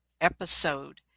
episode